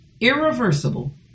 irreversible